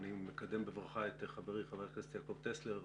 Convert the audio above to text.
אני מקדם בברכה את חברי חבר הכנסת יעקב טסלר,